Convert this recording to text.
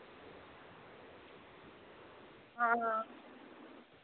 आं